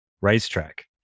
racetrack